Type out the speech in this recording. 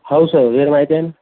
हो सर वेळ माहिती आहे न